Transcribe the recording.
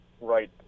right